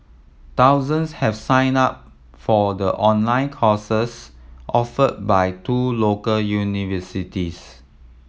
thousands have signed up for the online courses offered by two local universities